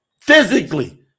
physically